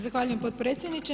Zahvaljujem potpredsjedniče.